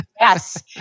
yes